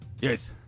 yes